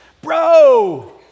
bro